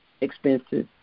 expenses